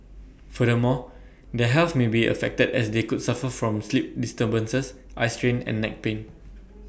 furthermore their health may be affected as they could suffer from sleep disturbances eye strain and neck pain